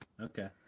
Okay